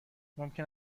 ممکن